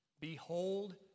behold